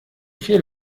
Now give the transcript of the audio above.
viel